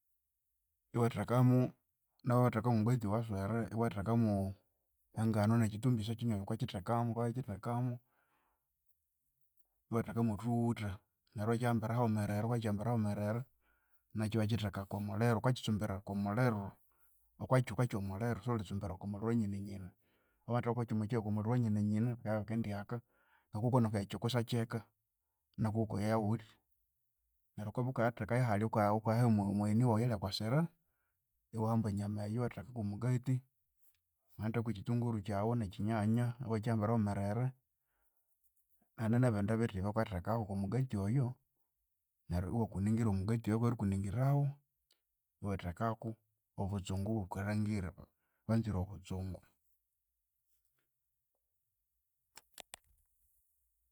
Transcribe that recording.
Iwathekamu nahu iwathekamu omugati owaswere, iwathekamu e nganu nekyithumbisha kyinyoho wukakyitheka wukakyithekamu, iwatheka mothuwutha, neryu iwakyihambira haghumerere nakyu iwakyitheka okwa muliro wukakyitsumbira okwamuliru, okwakyuka kyomuliru, siwulhitsumbira okwa mulhiru wanyine nyine. Wamatheka ko muliru wanyine nyine ihakendiaka ngokuwukanalangira ekyikusa kyeka nakukoya wutya, neryu wukabya wukayatheka yahalya wukayaha omugheni ayalyakwasira, iwahamba enyama eyo iwathekako omugathi, wanginatheka kwe kyithunguru nekyinyanya iwakyighabira haghumerere. Hane nebindi bithi ebyawukatheka oku omugathi oyu neryu omugati oyu wukabya wabirikuningira iwathekaku obotsungu obukalhangire banzire obutsungu.